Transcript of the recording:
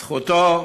זכותו,